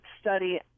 study